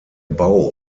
bau